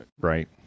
Right